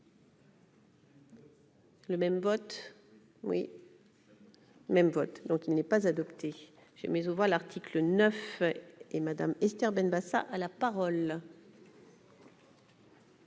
Le même vote oui même vote, donc il n'est pas adopté, j'ai mis aux voix, l'article 9 et Madame, Esther Benbassa à la parole.